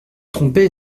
trompé